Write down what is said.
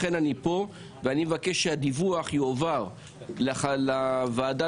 לכן אני כאן ואני מבקש שהדיווח יועבר לוועדה